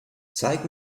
zeig